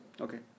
Okay